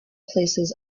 places